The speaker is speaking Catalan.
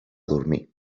dormir